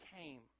came